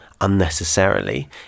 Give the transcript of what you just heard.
unnecessarily